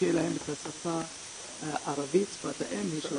שיהיה להם את השפה הערבית, שפת האם ושזה